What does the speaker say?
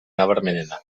nabarmenena